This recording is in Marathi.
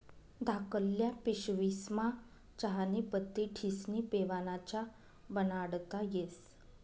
धाकल्ल्या पिशवीस्मा चहानी पत्ती ठिस्नी पेवाना च्या बनाडता येस